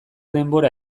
denbora